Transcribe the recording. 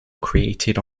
created